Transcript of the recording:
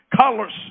colors